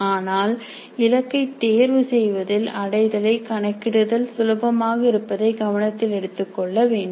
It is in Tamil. ஆனால் இலக்கை தேர்வு செய்வதில் அடைதல் சுலபமாக இருப்பதை கவனத்தில் எடுத்துக்கொள்ள வேண்டும்